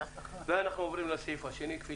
היום 9 בספטמבר 2020, כ'